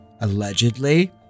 Allegedly